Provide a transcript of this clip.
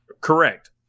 Correct